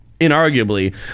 inarguably